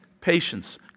patience